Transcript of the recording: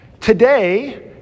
today